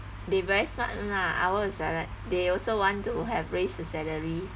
they very smart one lah ours is like that they also want to have raise the salary